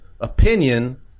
opinion